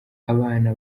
abana